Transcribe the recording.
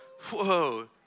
Whoa